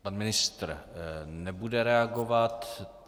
Pan ministr nebude reagovat.